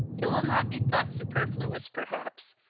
it will not be thought superfluous, perhaps,